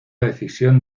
decisión